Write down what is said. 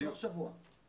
תוך שבוע.